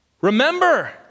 Remember